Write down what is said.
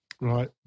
Right